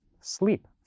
sleep